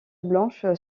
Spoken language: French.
blanche